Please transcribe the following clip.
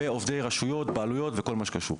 ועובדי רשויות, בעלויות, וכל מה שקשור.